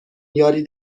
یاری